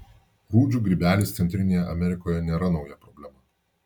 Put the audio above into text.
rūdžių grybelis centrinėje amerikoje nėra nauja problema